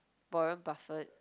Warren-Buffet